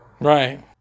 Right